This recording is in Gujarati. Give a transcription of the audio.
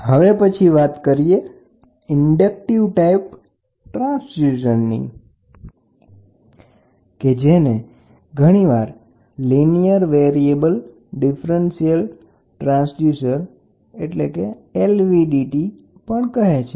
હવે પછી વાત કરીએ ઇન્ડક્ટીવ ટાઇપ ટ્રાન્સડ્યુસરની કે જેને ઘણીવાર લિનિયર વેરિયેબલ ટ્રાન્સડ્યુસર એટલે કે LVDT પણ કહેવાય છે